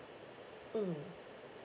mm